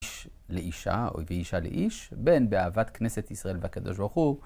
לאישה או אישה לאיש בין באהבת כנסת ישראל והקדוש ברוך הוא